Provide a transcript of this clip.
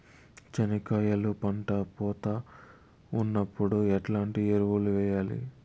చెనక్కాయలు పంట పూత ఉన్నప్పుడు ఎట్లాంటి ఎరువులు వేయలి?